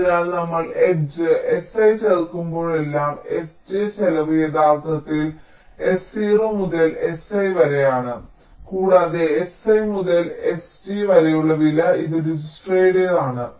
അതിനാൽ നമ്മൾ edge si ചേർക്കുമ്പോഴെല്ലാം sj ചെലവ് യഥാർത്ഥത്തിൽ s0 മുതൽ si വരെയാണ് കൂടാതെ si മുതൽ sg വരെയുള്ള വില ഇത് ദിജ്ക്സ്ട്രയുടേതാണ്